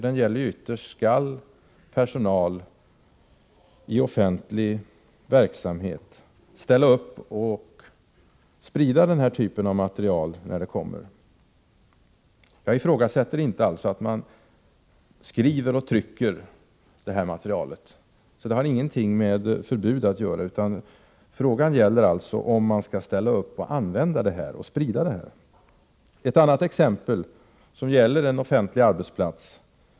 Den gäller ytterst: Skall personal i offentlig verksamhet ställa upp och sprida den här typen av material när det kommer? Jag riktar mig i och för sig inte mot att man skriver och trycker det här materialet. Det gäller inte förbud här. Frågan gäller om man skall ställa upp och använda och sprida material av detta slag. Ytterligare ett exempel hämtar jag från en offentlig arbetsplats.